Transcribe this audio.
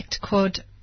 called